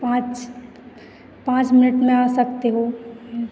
पाँच पाँच मिनट में आ सकते हो